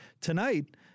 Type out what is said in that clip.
Tonight